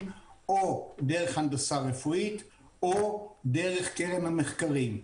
או דרך הנדסה רפואית או דרך קרן המחקרים.